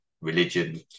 religion